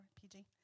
PG